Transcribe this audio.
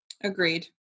Agreed